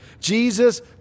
Jesus